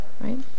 right